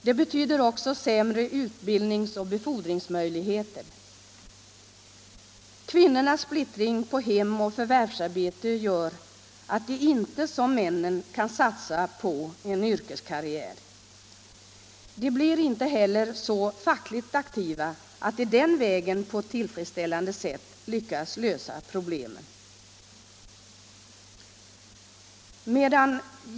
Det betyder också sämre utbildningsoch befordringsmöjligheter. Kvinnornas splittring på hemoch förvärvsarbete gör att de inte som männen kan satsa på en yrkeskarriär. De blir inte heller så fackligt aktiva att de den vägen på ett tillfredsställande sätt lyckas lösa problemen.